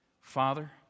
Father